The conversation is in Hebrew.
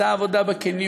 מצא עבודה בקניון,